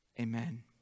Amen